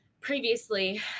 previously